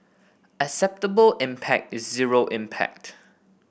acceptable impact is zero impact